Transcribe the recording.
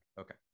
Okay